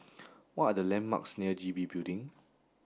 what are the landmarks near G B Building